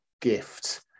gift